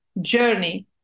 journey